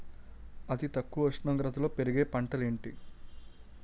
అతి తక్కువ ఉష్ణోగ్రతలో పెరిగే పంటలు ఏంటి?